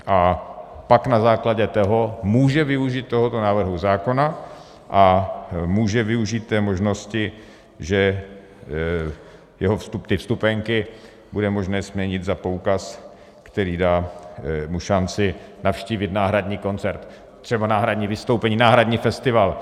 A pak na základě toho může využít tohoto návrhu zákona a může využít té možnosti, že jeho vstupenky bude možné směnit za poukaz, který dá mu šanci navštívit náhradní koncert, třeba náhradní vystoupení, náhradní festival.